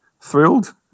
thrilled